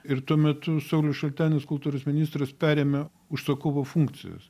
ir tuo metu saulius šaltenis kultūros ministras perėmė užsakovo funkcijas